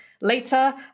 later